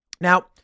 Now